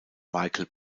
michael